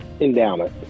endowment